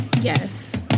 Yes